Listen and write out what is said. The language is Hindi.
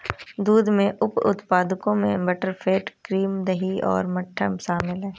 दूध के उप उत्पादों में बटरफैट, क्रीम, दही और मट्ठा शामिल हैं